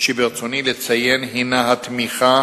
שברצוני לציין הוא התמיכה